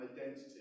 identity